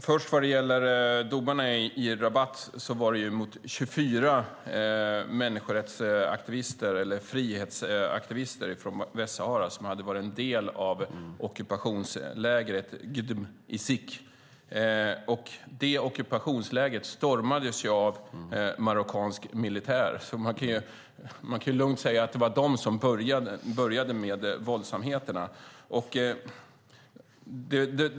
Fru talman! Vad gäller domarna i Rabat var de mot 24 människorättsaktivister eller frihetsaktivister från Västsahara som hade varit en del av ockupationslägret Gdeim Izik. Detta ockupationsläger stormades av marockansk militär, så man kan lugnt säga att det var de som började med våldsamheterna.